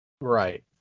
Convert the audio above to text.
Right